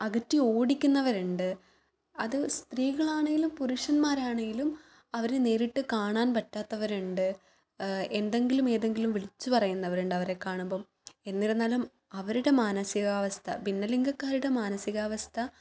അകറ്റി ഓടിക്കുന്നവരുണ്ട് അത് സ്ത്രീകളാണേലും പുരുഷന്മാരാണേലും അവരെ നേരിട്ട് കാണാൻ പറ്റാത്തവരുണ്ട് എന്തെങ്കിലും ഏതെങ്കിലും വിളിച്ച് പറയുന്നവരുണ്ട് അവരെ കാണുമ്പം എന്നിരുന്നാലും അവരുടെ മാനസികാവസ്ഥ ഭിന്നലിംഗക്കാരുടെ മാനസികാവസ്ഥ